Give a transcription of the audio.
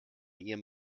ihrem